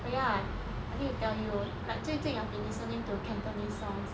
oh ya I need to tell you like 最近 I've been listening to cantonese songs